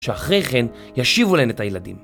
שאחרי כן ישיבו להם את הילדים